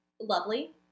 lovely